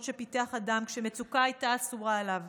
שפיתח אדם כשמצוקה הייתה אסורה עליו.